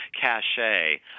cachet